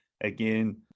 again